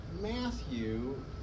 Matthew